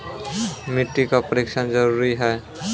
मिट्टी का परिक्षण जरुरी है?